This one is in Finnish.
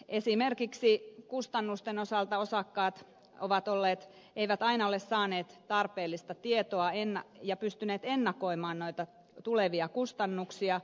esimerkiksi kustannusten osalta osakkaat eivät aina ole saaneet tarpeellista tietoa ja pystyneet ennakoimaan tulevia kustannuksia